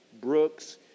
Brooks